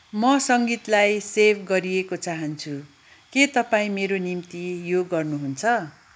म सङ्गीतलाई सेभ गरिएको चाहन्छु के तपाईँ मेरो निम्ति यो गर्नुहुन्छ